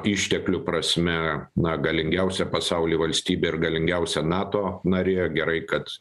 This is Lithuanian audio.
išteklių prasme na galingiausia pasauly valstybė ir galingiausia nato narė gerai kad